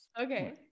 Okay